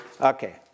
Okay